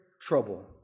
trouble